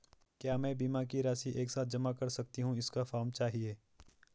क्या मैं बीमा की राशि एक साथ जमा कर सकती हूँ इसका फॉर्म चाहिए?